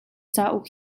cauk